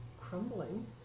crumbling